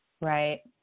right